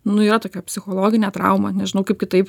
nu yra tokia psichologinė trauma nežinau kaip kitaip